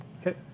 Okay